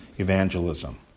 evangelism